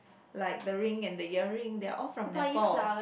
like the ring and earring they are all from Nepal